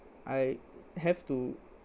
I have to